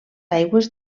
aigües